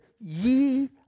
ye